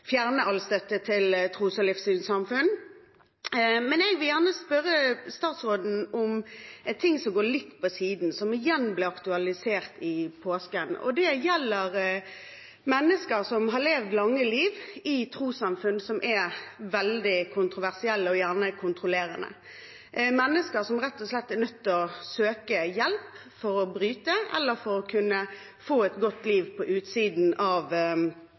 fjerne all støtte til tros- og livssynssamfunn. Jeg vil gjerne spørre statsråden om noe som er litt på siden, og som igjen ble aktualisert i påsken. Det gjelder mennesker som har levd lange liv i trossamfunn som er veldig kontroversielle og gjerne kontrollerende – mennesker som rett og slett er nødt til å søke hjelp for å bryte eller for å kunne få et godt liv på utsiden av